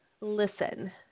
listen